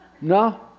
No